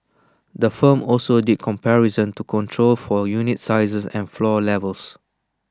the firm also did comparisons to control for unit sizes and floor levels